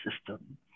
system